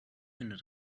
finde